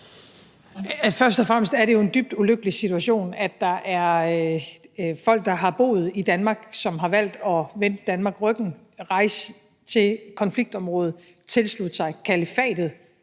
Først og fremmest er det jo en dybt ulykkelig situation, at der er folk, der har boet i Danmark, som har vendt Danmark ryggen og valgt at rejse til et konfliktområde, tilslutte sig kalifatet